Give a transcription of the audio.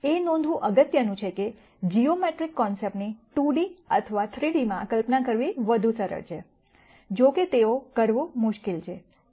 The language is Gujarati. એ નોંધવું અગત્યનું છે કે જીઓમેટ્રિક કોન્સેપ્ટની 2D અથવા 3 D માં કલ્પના કરવી વધુ સરળ છે જો કે તેઓ કરવું મુશ્કેલ છે